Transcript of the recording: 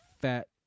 fat